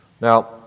Now